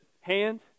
hand